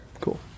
Cool